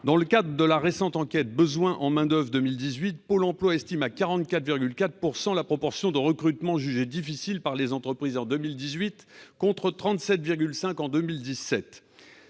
Dans le cadre de la récente enquête « Besoins en main-d'oeuvre 2018 », Pôle emploi estime à 44,4 % la proportion de recrutements jugés difficiles par les entreprises en 2018, contre 37,5 % en 2017.